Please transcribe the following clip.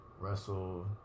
Russell